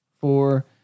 four